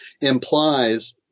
implies